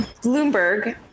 Bloomberg